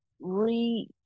re